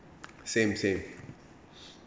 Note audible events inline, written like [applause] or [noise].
same same [breath]